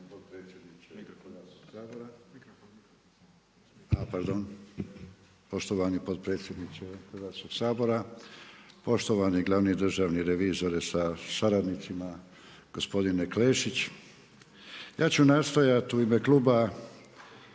potpredsjedniče Hrvatskog sabora, poštovani glavni državni revizore sa saradnicima, gospodine Klešić. Ja ću nastojat u ime kluba